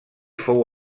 fou